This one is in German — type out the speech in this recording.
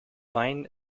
wein